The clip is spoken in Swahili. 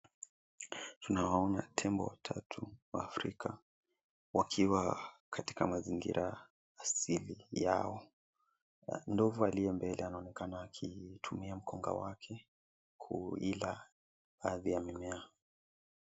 Tunawaona tembo watatu wa Afrika wakiwa katika mazingira asili yao. Ndovu aliye mbele anaonekana akitumia mkonga wake kuila ardhi ya mimea.